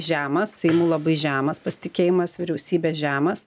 žemas seimu labai žemas pasitikėjimas vyriausybe žemas